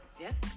Yes